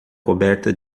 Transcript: coberta